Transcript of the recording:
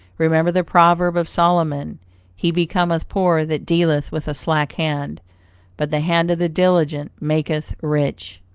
remember the proverb of solomon he becometh poor that dealeth with a slack hand but the hand of the diligent maketh rich.